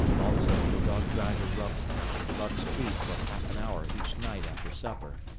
also, the dog-driver rubbed buck's feet for half an hour each night after supper,